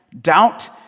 Doubt